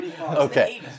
okay